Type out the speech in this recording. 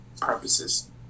purposes